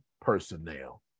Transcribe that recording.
personnel